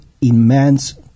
immense